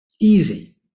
Easy